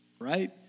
Right